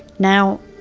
now,